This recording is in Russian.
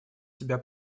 себя